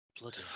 Bloody